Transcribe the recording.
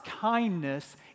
kindness